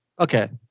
okay